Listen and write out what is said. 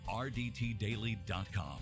RDTDaily.com